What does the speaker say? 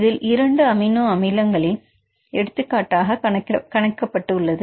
இதில் இரண்டு அமினோ அமிலங்களில் எடுத்துக்காட்டாக கணிக்கப்பட்டுள்ளது